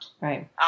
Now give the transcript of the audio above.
Right